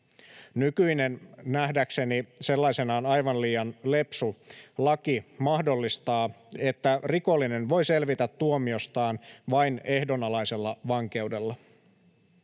Nykyinen, nähdäkseni sellaisenaan aivan liian lepsu laki mahdollistaa sen, että rikollinen voi selvitä tuomiostaan vain ehdonalaisella vankeudella.